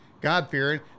god-fearing